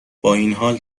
بااینحال